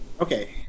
Okay